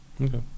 Okay